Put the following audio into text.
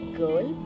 girl